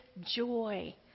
joy